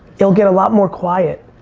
it'll get a lot more quiet,